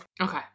Okay